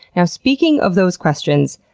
now speaking of those questions,